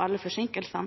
alle forsinkelsene,